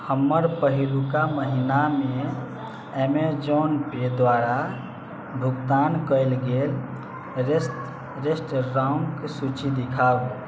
हमर पहिलुका महीनामे अमेजोन पे द्वारा भुगतान कएल गेल रेस्तरांक सूची दिखाउ